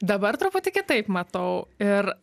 dabar truputį kitaip matau ir